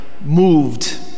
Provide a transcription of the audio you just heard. moved